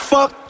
Fuck